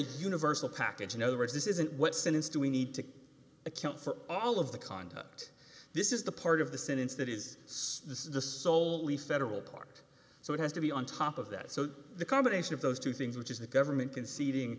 universal package in other words this isn't what sentence do we need to account for all of the conduct this is the part of the sentence that is this is the sole the federal part so it has to be on top of that so the combination of those two things which is the government conceding